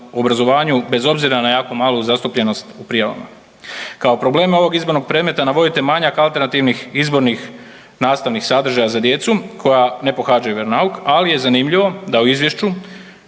bez obzira na jako malu zastupljenost u prijavama. Kao probleme ovog izbornog predmeta navodite manjak alternativnih izbornih nastavnih sadržaja za djecu koja ne pohađaju vjeronauk, ali je zanimljivo da i izvješću